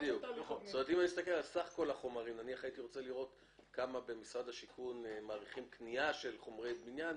אם הייתי רוצה לראות כמה במשרד השיכון מעריכים קנייה של חומרי בניין,